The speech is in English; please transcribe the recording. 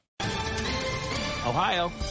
Ohio